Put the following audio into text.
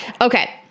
Okay